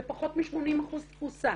בפחות מ-80% תפוסה.